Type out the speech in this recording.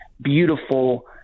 beautiful